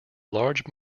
large